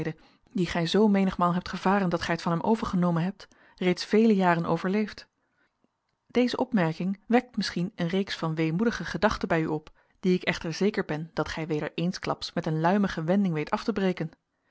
dien gij zoo menigmaal hebt gevaren dat gij t van hem overgenomen hebt reeds vele jaren overleefd deze opmerking wekt misschien eene reeks van weemoedige gedachten bij u op die ik echter zeker ben dat gij weder eensklaps met een luimige wending weet af te breken